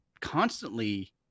constantly